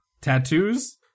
Tattoos